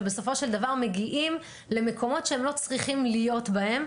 ובסופו של דבר מגיעים למקומות שהם לא צריכים להיות בהם,